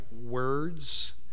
words